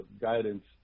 guidance